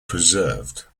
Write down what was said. preserved